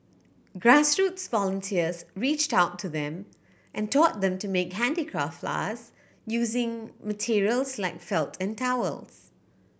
grassroots volunteers reached out to them and taught them to make handicraft flowers using materials like felt and towels